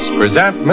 present